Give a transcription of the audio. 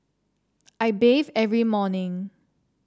I bathe every morning